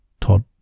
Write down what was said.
Todd